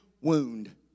wound